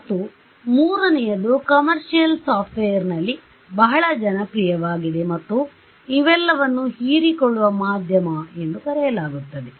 ಮತ್ತು ಮೂರನೆಯದು ಕಮರ್ಶಿಯಲ್ ಸಾಫ್ಟ್ವೇರ್ನಲ್ಲಿ ಬಹಳ ಜನಪ್ರಿಯವಾಗಿದೆ ಮತ್ತು ಇವೆಲ್ಲವನ್ನೂ ಹೀರಿಕೊಳ್ಳುವ ಮಾಧ್ಯಮ ಎಂದು ಕರೆಯಲಾಗುತ್ತದೆ